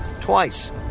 twice